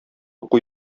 уку